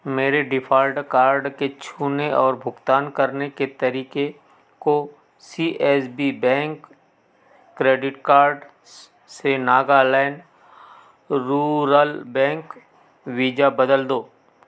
मेरे default card के छूने और भुगतान करने के तरीक़े को C S B bank credit card से नागालैंड रूरल बैंक वीजा बदल दो